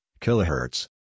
kilohertz